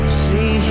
see